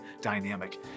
dynamic